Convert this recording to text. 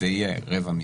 די רבע מזה.